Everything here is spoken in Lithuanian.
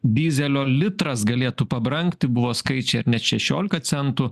dyzelio litras galėtų pabrangti buvo skaičiai ar net šešiolika centų